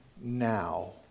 now